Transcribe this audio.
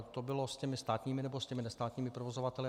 To bylo s těmi státními, nebo s těmi nestátními provozovateli?